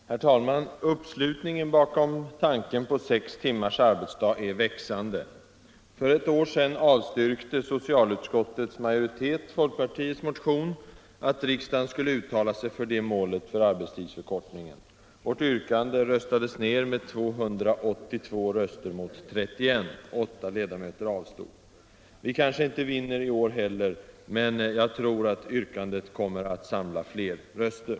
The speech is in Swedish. Nr 44 Herr talman! Uppslutningen bakom tanken på sex tira arbetsdag Fredagen den är växande. För ett år sedan avstyrkte socialutskottets majoritet folk 21 mars 1975 partiets motion att riksdagen skulle uttala sig för det målet för arbets= LL tidsförkortningen. Vårt yrkande röstades ned med 282 röster mot 31 och = Semesteroch vissa 8 ledamöter avstod. Vi kanske inte vinner i år heller, men jag tror att — andraarbetstidsfråyrkandet kommer att samla fler röster.